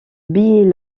billet